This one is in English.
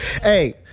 Hey